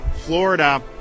Florida